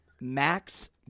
max